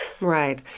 Right